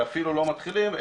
ואפילו לא מתחילים,